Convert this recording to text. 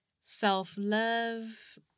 self-love